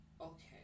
Okay